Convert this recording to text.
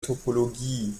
topologie